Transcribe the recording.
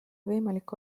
võimalik